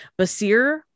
Basir